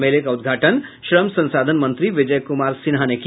मेले का उदघाटन श्रम संसाधन मंत्री विजय कुमार सिन्हा ने किया